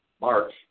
March